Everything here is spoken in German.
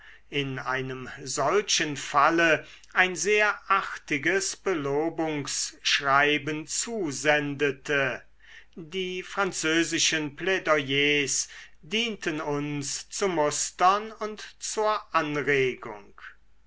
in einem solchen falle ein sehr artiges belobungsschreiben zusendete die französischen plaidoyers dienten uns zu mustern und zur anregung